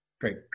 Great